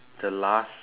the last